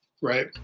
right